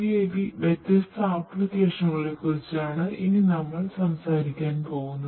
UAV വ്യത്യസ്ത ആപ്പ്ലിക്കേഷനുകളെ കുറിച്ചാണ് ഇനി നമ്മൾ സംസാരിക്കാൻ പോകുന്നത്